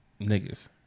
niggas